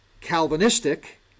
Calvinistic